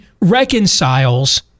reconciles